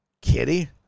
Kitty